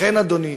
לכן, אדוני,